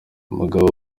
umugabo